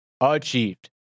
Achieved